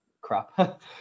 crap